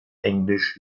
englisch